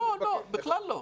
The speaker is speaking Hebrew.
לא, לא, בכלל לא.